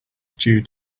due